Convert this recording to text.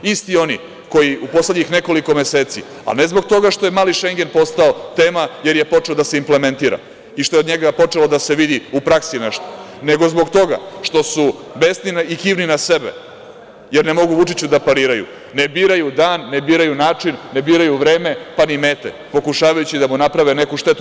Isti oni koji u poslednjih nekoliko meseci, a ne zbog toga što je „mali Šengen“ postao tema jer je počeo da se implementira i što je od njega počelo da se vidi u praksi nešto, nego zbog toga što su besni i kivni na sebe, jer ne mogu Vučiću da pariraju, ne biraju dan, ne biraju način, ne biraju vreme, pa ni mete, pokušavajući da mu naprave neku štetu.